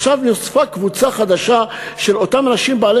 עכשיו נוספה קבוצה חדשה של אותם אנשים בעלי